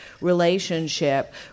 relationship